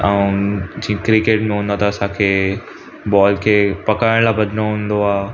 ऐं जीअं क्रिकेट में हूंदा त असांखे बॉल खे पकिरण लाइ भॼिणो हूंदो आहे